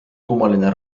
kummaline